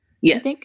Yes